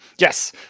Yes